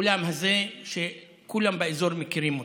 האולם הזה, שכולם באזור מכירים אותו.